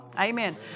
Amen